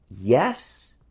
Yes